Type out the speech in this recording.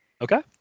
Okay